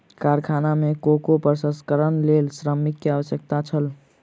कारखाना में कोको प्रसंस्करणक लेल श्रमिक के आवश्यकता छल